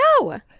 no